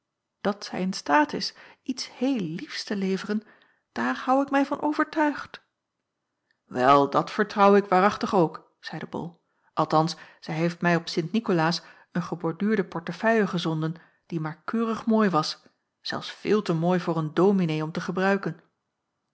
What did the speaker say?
dat zij in staat is iets heel liefs te leveren daar hou ik mij van overtuigd wel dat vertrouw ik waarachtig ook zeide bol althans zij heeft mij op sint nikolaas een geborduurde portefeuille gezonden die maar keurig mooi was zelfs veel te mooi voor een dominee om te gebruiken